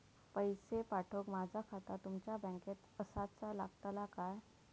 पैसे पाठुक माझा खाता तुमच्या बँकेत आसाचा लागताला काय?